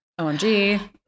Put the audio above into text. OMG